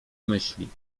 myśli